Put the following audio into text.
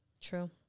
true